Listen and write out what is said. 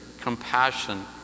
compassion